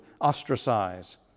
ostracize